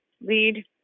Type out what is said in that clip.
lead